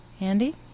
Andy